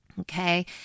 Okay